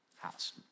house